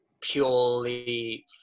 purely